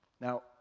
Now